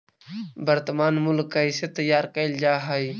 वर्तनमान मूल्य कइसे तैयार कैल जा हइ?